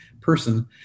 person